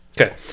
Okay